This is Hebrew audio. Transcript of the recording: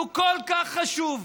שהוא כל כך חשוב,